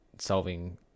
solving